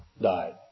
died